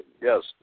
Yes